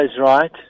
right